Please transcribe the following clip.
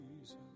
Jesus